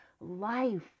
life